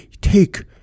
take